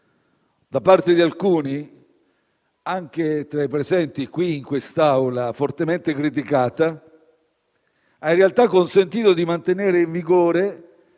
da parte di alcuni (anche tra i presenti in quest'Aula) fortemente criticata, ha in realtà consentito di mantenere in vigore